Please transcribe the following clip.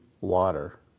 water